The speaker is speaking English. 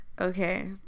Okay